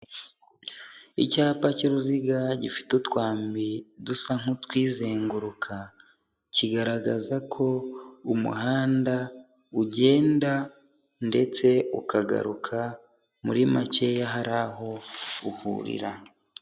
Icyapa cy'uruziga gifite utwambi dusa nk'utwizenguruka, kigaragaza ko umuhanda ugenda ndetse ukagaruka, muri makeya hari aho uhurira.